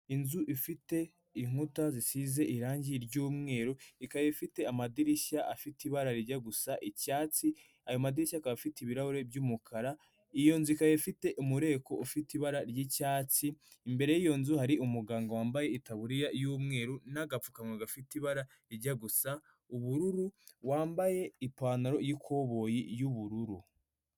Inzu ifite inkuta zisize irangi ry'umweru. Ikaba ifite amadirishya afite ibara rijya gusa icyatsi. Ayo madirishya akaba afite ibirahure by'umukara. Iyo nzu ikaba ifite umureko ufite ibara ry'icyatsi. Imbere y'iyo nzu hari umuganga wambaye itaburiya y'umweru n'agapfukama gafite ibara rijya gusa ubururu wambaye ipantaro y'ikoboyi y'ubururu.